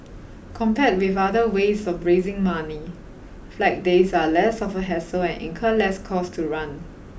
compared with other ways of raising money flag days are less of a hassle and incur less cost to run